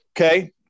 Okay